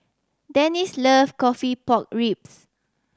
Denise love coffee pork ribs